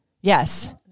Yes